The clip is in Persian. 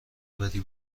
بدی